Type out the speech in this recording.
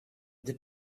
the